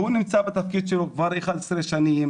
והוא נמצא בתפקיד שלו כבר 11 שנים,